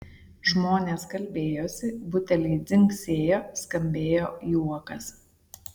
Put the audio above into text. žmonės kalbėjosi buteliai dzingsėjo skambėjo juokas